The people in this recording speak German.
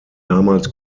damals